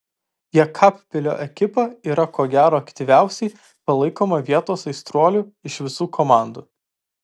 jekabpilio ekipa yra ko gero aktyviausiai palaikoma vietos aistruolių iš visų komandų